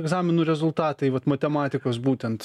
egzaminų rezultatai vat matematikos būtent